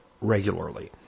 regularly